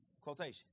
Quotation